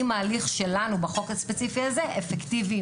ההליך שלנו בחוק הספציפי הזה אפקטיבי,